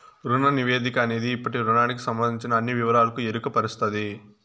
రుణ నివేదిక అనేది ఇప్పటి రుణానికి సంబందించిన అన్ని వివరాలకు ఎరుకపరుస్తది